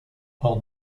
hors